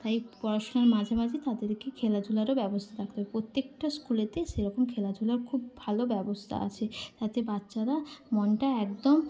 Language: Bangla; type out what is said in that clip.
তাই পড়াশোনার মাঝে মাঝে তাদেরকে খেলাধুলারও ব্যবস্থা রাখতে প্রত্যেকটা স্কুলেতে সেরকম খেলাধুলার খুব ভালো ব্যবস্থা আছে তাতে বাচ্চারা মনটা একদম